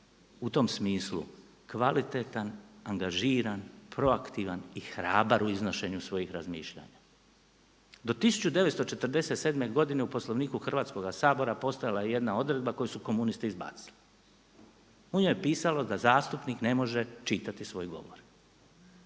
u tom smislu kvalitetan, angažiran, proaktivan i hrabar u iznošenju svojih razmišljanja. Do 1947. godine u Poslovniku Hrvatskoga sabora postojala je jedna odredba koju su komunisti izbacili. U njoj je pisalo da zastupnik ne može čitati svoj govor,